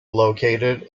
located